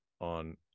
on